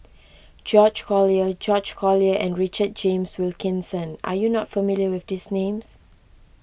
George Collyer George Collyer and Richard James Wilkinson are you not familiar with these names